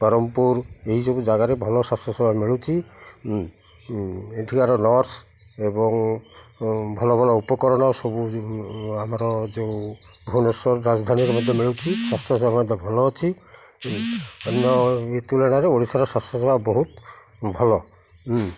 ବରହମ୍ପୁର ଏହି ସବୁ ଜାଗାରେ ଭଲ ସ୍ୱାସ୍ଥ୍ୟସେବା ମିଳୁଛି ଏଠିକାର ନର୍ସ ଏବଂ ଭଲ ଭଲ ଉପକରଣ ସବୁ ଆମର ଯେଉଁ ଭୁବନେଶ୍ୱର ରାଜଧାନୀରେ ମଧ୍ୟ ମିଳୁଛି ସ୍ୱାସ୍ଥ୍ୟସେବା ମଧ୍ୟ ଭଲ ଅଛି ଅନ୍ୟ ଏ ତୁଳନାରେ ଓଡ଼ିଶାର ସ୍ୱାସ୍ଥ୍ୟସେବା ବହୁତ ଭଲ